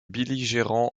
belligérants